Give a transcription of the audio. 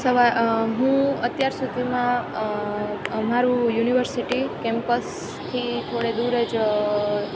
હું અત્યાર સુધીમાં મારું યુનિવર્સિટી કેમ્પસથી થોડે દૂર જ